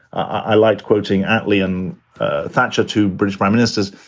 i liked quoting atley and thatcher to british prime ministers.